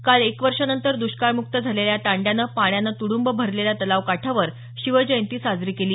काल एक वर्षानंतर दुष्काळमुक्त झालेल्या या तांड्यानं पाण्यानं तुडूंब भरलेल्या तलाव काठावर शिव जयंती साजरी केली